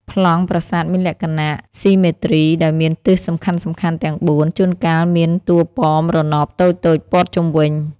ប្លង់ប្រាសាទមានលក្ខណៈ ស៊ីមេទ្រី ដោយមានទិសសំខាន់ៗទាំងបួន។ ជួនកាលមានតួប៉មរណបតូចៗព័ទ្ធជុំវិញ។